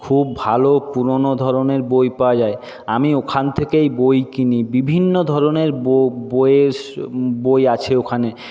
খুব ভালো পুরোনো ধরনের বই পাওয়া যায় আমি ওখান থেকেই বই কিনি বিভিন্ন ধরনের বইয়ের বই আছে ওখানে